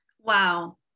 Wow